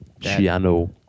Chiano